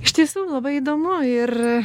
iš tiesų labai įdomu ir